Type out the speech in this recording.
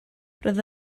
roedd